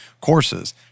courses